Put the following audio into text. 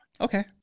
Okay